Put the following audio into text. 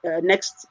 next